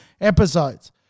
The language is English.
episodes